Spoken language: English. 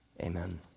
amen